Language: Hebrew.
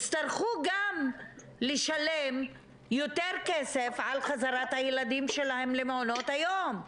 הצטרכו גם לשלם יותר כסף על חזרת הילדים שלהם למעונות היום.